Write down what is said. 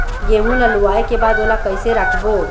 गेहूं ला लुवाऐ के बाद ओला कइसे राखबो?